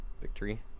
victory